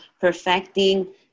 perfecting